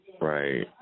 right